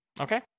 Okay